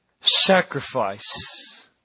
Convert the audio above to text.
sacrifice